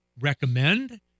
recommend